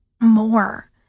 more